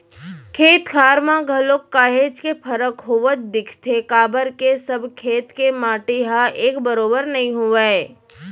खेत खार म घलोक काहेच के फरक होवत दिखथे काबर के सब खेत के माटी ह एक बरोबर नइ होवय